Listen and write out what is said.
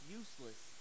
useless